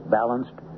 balanced